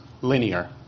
linear